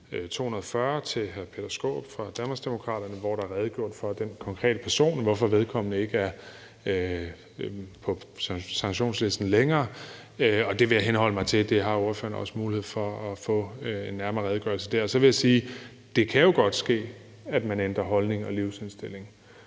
240, til hr. Peter Skaarup fra Danmarksdemokraterne, hvor der er redegjort for den konkrete person, og hvorfor vedkommende ikke er på sanktionslisten længere, og det vil jeg henholde mig til. Og der har ordføreren også en mulighed for at få en nærmere redegørelse dér. Så vil jeg sige, at det jo godt kan ske, at man ændrer holdning og livsindstilling.